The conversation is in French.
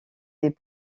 des